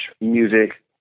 music